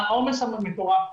העומס שם מטורף,